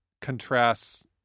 contrasts